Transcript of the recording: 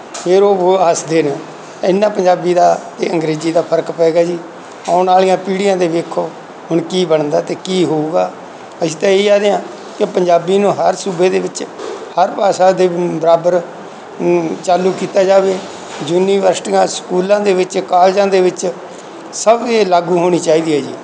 ਫਿਰ ਉਹ ਬਹੁਤ ਹੱਸਦੇ ਨੇ ਇੰਨਾ ਪੰਜਾਬੀ ਦਾ ਅਤੇ ਅੰਗਰੇਜ਼ੀ ਦਾ ਫਰਕ ਪੈ ਗਿਆ ਜੀ ਆਉਣ ਵਾਲੀਆਂ ਪੀੜ੍ਹੀਆਂ ਦੇ ਵੇਖੋ ਹੁਣ ਕੀ ਬਣਦਾ ਅਤੇ ਕੀ ਹੋਊਗਾ ਅਸੀਂ ਤਾਂ ਇਹੀ ਆਖਦੇ ਹਾਂ ਕਿ ਪੰਜਾਬੀ ਨੂੰ ਹਰ ਸੂਬੇ ਦੇ ਵਿੱਚ ਹਰ ਭਾਸ਼ਾ ਦੇ ਬਰਾਬਰ ਚਾਲੂ ਕੀਤਾ ਜਾਵੇ ਯੂਨੀਵਰਸਿਟੀਆਂ ਸਕੂਲਾਂ ਦੇ ਵਿੱਚ ਕਾਲਜਾਂ ਦੇ ਵਿੱਚ ਸਭ ਇਹ ਲਾਗੂ ਹੋਣੀ ਚਾਹੀਦੀ ਹੈ ਜੀ